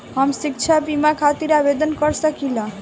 हम शिक्षा बीमा खातिर आवेदन कर सकिला?